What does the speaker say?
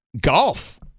golf